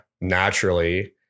naturally